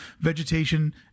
vegetation